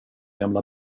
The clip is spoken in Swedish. gamla